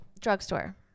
Drugstore